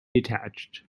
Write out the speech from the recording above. detached